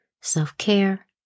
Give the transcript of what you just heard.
self-care